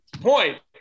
point